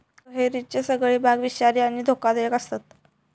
कण्हेरीचे सगळे भाग विषारी आणि धोकादायक आसतत